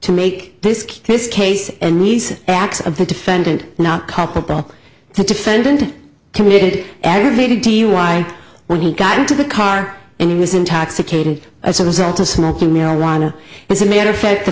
to make this case this case and these acts of the defendant not culpable the defendant committed aggravated dui when he got into the car and he was intoxicated as a result of smoking marijuana as a matter of fact the